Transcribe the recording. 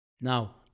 Now